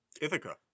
Ithaca